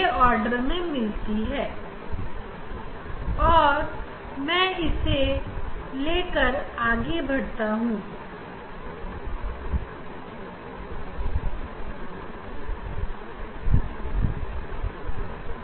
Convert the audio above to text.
अगर मैं इस दिशा में जाऊँ तो मुझे केंद्र से बाएं ओर पहला स्पेक्ट्रा मिलेगा और यह आप देख भी पा रहे होंगे